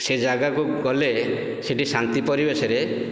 ସେ ଜାଗାକୁ ଗଲେ ସେଇଠି ଶାନ୍ତି ପରିବେଶରେ